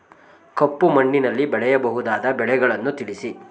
ಕಪ್ಪು ಮಣ್ಣಿನಲ್ಲಿ ಬೆಳೆಯಬಹುದಾದ ಬೆಳೆಗಳನ್ನು ತಿಳಿಸಿ?